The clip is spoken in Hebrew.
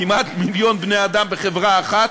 כמעט מיליון בני-אדם בחברה אחת,